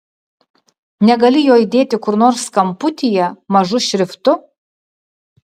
negali jo įdėti kur nors kamputyje mažu šriftu